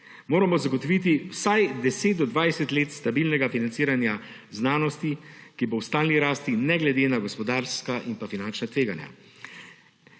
moramo zagotoviti vsaj 10 do 20 let stabilnega financiranja znanosti, ki bo v stalni rasti, ne glede na gospodarska in finančna tveganja.